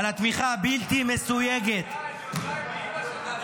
על התמיכה הבלתי-מסויגת -- די, נו, די.